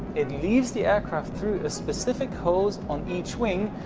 it leaves the aircraft through a specific hose on each wing,